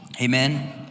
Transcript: Amen